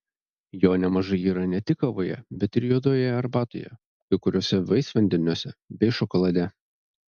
jo nemažai yra ne tik kavoje bet ir juodoje arbatoje kai kuriuose vaisvandeniuose bei šokolade